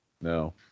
No